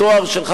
בתואר שלך,